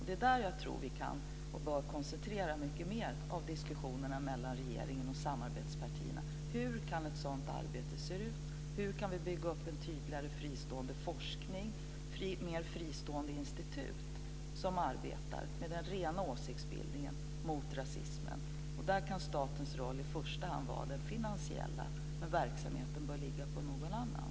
Det är där jag tror att vi kan och bör koncentrera mycket mer av diskussionerna mellan regeringen och samarbetspartierna. Hur kan ett sådant arbete se ut? Hur kan vi bygga upp en tydligare fristående forskning och mer fristående institut som arbetar med den rena åsiktsbildningen mot rasismen? Där kan statens roll i första hand vara den finansiella, men verksamheten bör ligga på någon annan.